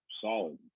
solid